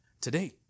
today